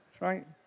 right